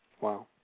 Wow